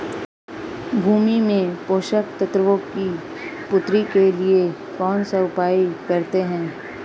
भूमि में पोषक तत्वों की पूर्ति के लिए कौनसा उपाय करते हैं?